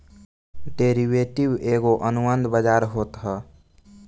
derivative एगो अनुबंध बाजार होत हअ